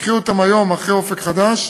קחי אותם היום, אחרי "אופק חדש",